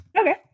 Okay